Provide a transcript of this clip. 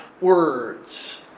words